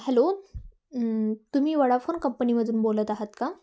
hello तुम्ही Vodafone कंपनीमधून बोलत आहात का